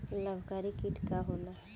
लाभकारी कीट का होला?